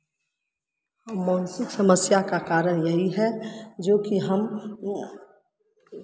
मानसिक समस्या का कारण यही है जोकि हम